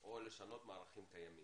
או לשנות מערכים קיימים.